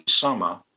summer